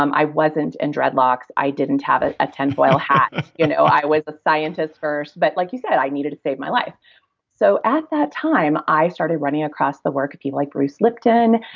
um i wasn't in dreadlocks. i didn't have a tinfoil hat. you know i was a scientist first, but like you said, i needed to save my life so at that time i started running across the work of people like bruce lipton,